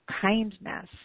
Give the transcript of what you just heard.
kindness